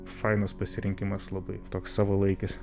fainas pasirinkimas labai toks savalaikis